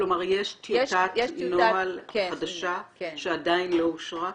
כלומר, יש טיוטת נוהל חדשה שעדיין לא אושרה?